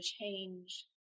change